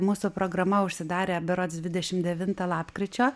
mūsų programa užsidarė berods dvidešim devintą lapkričio